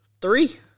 Three